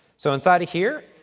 so, inside of here,